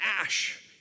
ash